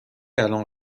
الآن